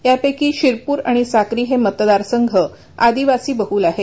यापैकी शिरपूर आणि साक्री हे मतदारसंघ आदिवासी बहल आहेत